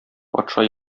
патша